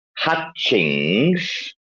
Hatchings